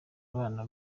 abana